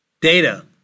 data